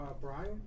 Brian